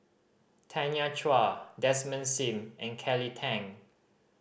Tanya Chua Desmond Sim and Kelly Tang